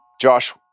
Josh